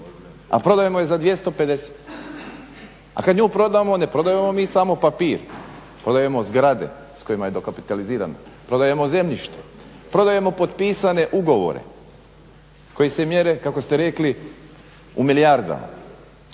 a prodajemo je za 250. A kad nju prodamo ne prodajemo mi samo papir, prodajemo zgradu s kojima je dokapitaliziran, prodajemo zemljište, prodajemo potpisane ugovore koji se mjere kako ste rekli u milijardama.